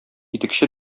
итекче